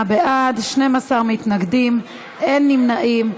88 בעד, 12 מתנגדים, אין נמנעים.